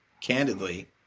candidly